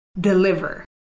deliver